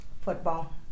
Football